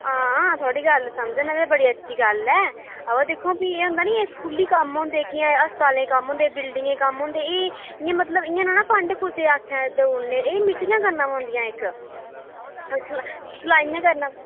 हां थुआढ़ी गल्ल समझा ना में बड़ी अच्छी गल्ल ऐ बा दिक्खो आं भी एह् होंदा नी स्कूली कम्म होंदे कि एह् अस्पतालें कम्म होंदे बिल्डिगें कम्म होंदे एह् मतलब इ'यां निं ना फं'ड कुसै आक्खे देई ओड़ने एह् मिटिंगां करना पौंदियां इक अच्छा सलाहियां करना